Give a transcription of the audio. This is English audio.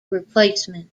replacement